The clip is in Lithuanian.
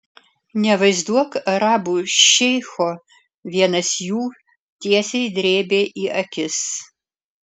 nevaizduok arabų šeicho vienas jų tiesiai drėbė į akis